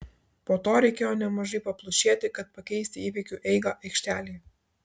po to reikėjo nemažai paplušėti kad pakeisti įvykių eigą aikštelėje